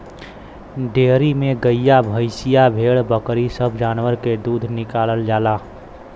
dairy में गइया भईंसिया भेड़ बकरी सब जानवर के दूध निकालल जाला